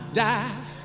die